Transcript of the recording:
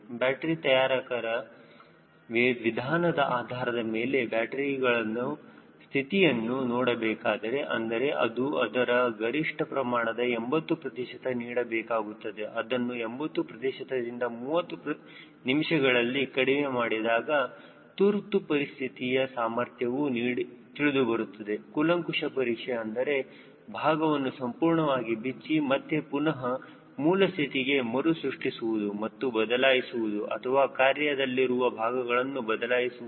battery ತಯಾರಕರ ವಿಧಾನದ ಆಧಾರದ ಮೇಲೆ ಬ್ಯಾಟರಿಗಳ ಸ್ಥಿತಿಯನ್ನು ನೋಡಬೇಕಾದರೆ ಅಂದರೆ ಅದು ಅದರ ಗರಿಷ್ಠ ಪ್ರಮಾಣದ 80 ಪ್ರತಿಶತ ನೀಡಬೇಕಾಗುತ್ತದೆ ಅದನ್ನು 80 ಪ್ರತಿಶತದಿಂದ 30 ನಿಮಿಷಗಳಲ್ಲಿ ಕಡಿಮೆ ಮಾಡಿದಾಗ ತುರ್ತುಪರಿಸ್ಥಿತಿಯ ಸಾಮರ್ಥ್ಯವು ತಿಳಿದುಬರುತ್ತದೆ ಕುಲಂಕುಶ ಪರೀಕ್ಷೆ ಅಂದರೆ ಭಾಗವನ್ನು ಸಂಪೂರ್ಣವಾಗಿ ಬಿಚ್ಚಿ ಮತ್ತೆ ಪುನಹ ಮೂಲಸ್ಥಿತಿಗೆ ಮರು ಸೃಷ್ಟಿಸುವುದು ಮತ್ತು ಬದಲಾಯಿಸುವುದು ಅಥವಾ ಕಾರ್ಯ ದಲ್ಲಿರುವ ಭಾಗಗಳನ್ನು ಬದಲಾಯಿಸುವುದು